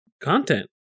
content